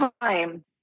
time